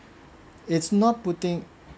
it's not putting